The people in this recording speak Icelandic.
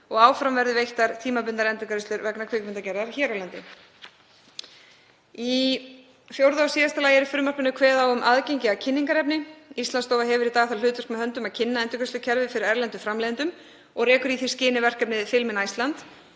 og áfram verði veittar tímabundnar endurgreiðslur vegna kvikmyndagerðar hér á landi. Í fjórða og síðasta lagi er í frumvarpinu kveðið á um aðgengi að kynningarefni. Íslandsstofa hefur í dag það hlutverk að kynna endurgreiðslukerfi fyrir erlendum framleiðendum og rekur í því skyni verkefnið Film in Iceland.